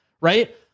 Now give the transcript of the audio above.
right